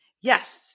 Yes